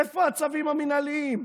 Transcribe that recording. איפה הצווים המינהליים?